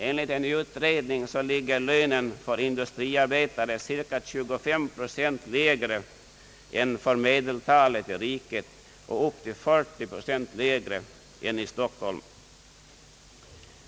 Enligt en utredning ligger lönen för industriarbetare där cirka 25 procent lägre än medeltalet i riket och upp till 40 procent lägre än i Stockholm.